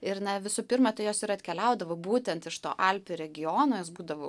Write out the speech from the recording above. ir na visų pirma tai jos ir atkeliaudavo būtent iš to alpių regiono jos būdavo